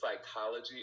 psychology